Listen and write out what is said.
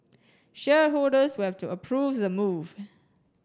shareholders will have to approve the move